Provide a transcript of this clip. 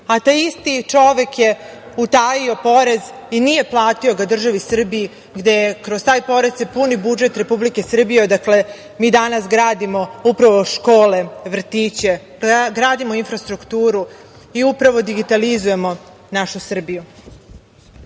a taj isti čovek je utajio porez i nije platio državi Srbiji, gde kroz taj porez se puni budžet Republike Srbije. Dakle, mi danas gradimo upravo škole, vrtiće, gradimo infrastrukturu, i upravo digitalizujemo našu Srbiju. Nedavna